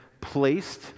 placed